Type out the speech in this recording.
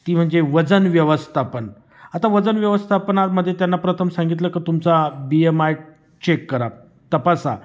ती म्हणजे वजन व्यवस्थापन आता वजन व्यवस्थापनामध्ये त्यांना प्रथम सांगितलं का तुमचा बी एम आय चेक करा तपासा